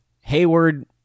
Hayward